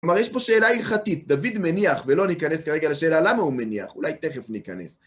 כלומר, יש פה שאלה הלכתית, דוד מניח, ולא ניכנס כרגע לשאלה למה הוא מניח, אולי תכף ניכנס.